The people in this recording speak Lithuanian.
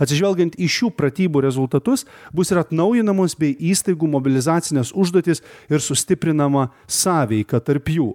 atsižvelgiant į šių pratybų rezultatus bus ir atnaujinamos bei įstaigų mobilizacinės užduotis ir sustiprinama sąveika tarp jų